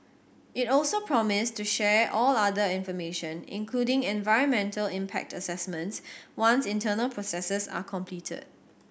it also promised to share all other information including environmental impact assessments once internal processes are completed